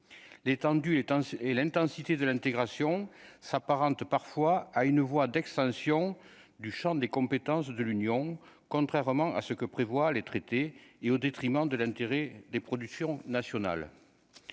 l'étendue temps et l'intensité de l'intégration s'apparente parfois à une voie d'extension du Champ des compétences de l'Union, contrairement à ce que prévoient les traités et au détriment de l'intérêt des productions nationales,